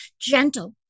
Gentle